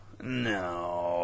No